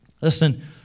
Listen